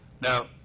Now